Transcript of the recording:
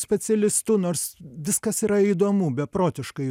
specialistu nors viskas yra įdomu beprotiškai